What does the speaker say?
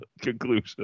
conclusion